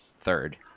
third